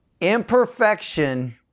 imperfection